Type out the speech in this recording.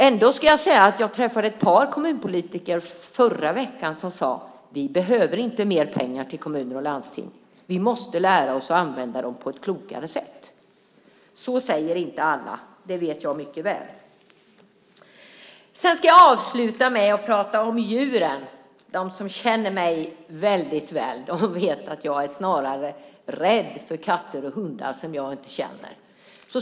Ändå ska jag säga att jag träffade ett par kommunpolitiker förra veckan som sade: Vi behöver inte mer pengar till kommuner och landsting. Vi måste lära oss att använda dem på ett klokare sätt. Så säger inte alla, det vet jag mycket väl. Jag ska avsluta med att prata om djuren. De som känner mig väldigt väl vet att jag snarare är rädd för katter och hundar som jag inte känner.